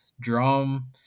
drum